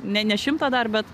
ne ne šimtą dar bet